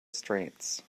strengths